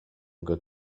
good